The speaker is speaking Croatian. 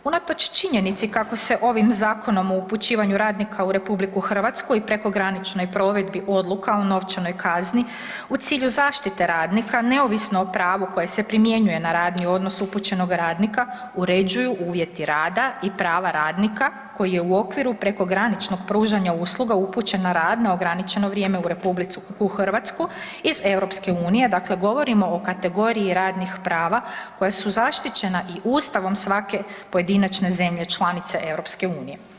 Unatoč činjenici kako se ovim Zakonom o upućivanju radnika u RH i prekograničnoj provedbi odluka o novčanoj kazni u cilju zaštite radnika neovisno o pravu koje se primjenjuje na radni odnos upućenog radnika uređuju uvjeti rada i prava radnika koji je u okviru prekograničnog pružanja usluga upućen na rad na ograničeno vrijeme u RH iz EU, dakle govorimo o kategoriji radnih prava koja su zaštićena i ustavom svake pojedinačne zemlje članice EU.